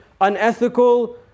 unethical